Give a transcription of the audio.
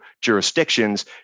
jurisdictions